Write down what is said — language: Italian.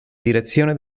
direzione